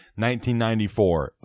1994